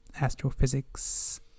astrophysics